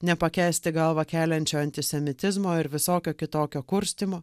nepakęsti galvą keliančio antisemitizmo ir visokio kitokio kurstymo